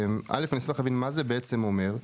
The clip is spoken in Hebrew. א', אשמח להבין מה זה בעצם אומר,